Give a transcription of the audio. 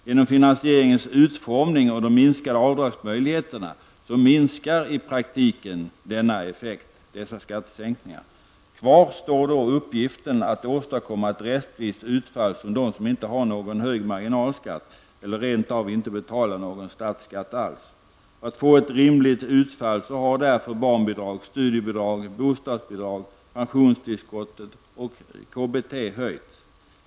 Genom finansieringens utformning och de minskade avdragsmöjligheterna minskar i praktiken dessa skattesänkningar. Kvar står då uppgiften att åstadkomma ett rättvist utfall för dem som inte har någon hög marginalskatt eller rent av inte betalar någon statsskatt alls. För att få ett rimligt utfall har därför barnbidrag, studiebidrag, bostadsbidrag, pensionstillskottet och KBT höjts.